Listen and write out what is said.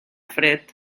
fred